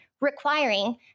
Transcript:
requiring